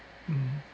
mm